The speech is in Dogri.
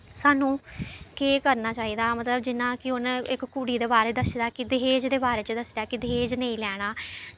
सानूं केह् करना चाहिदा मतलब जियां कि हून इक कुड़ी दे बारे च दस्से दा कि दहेज़ दे बारे च दस्से दा कि दहेज़ नेईं लैना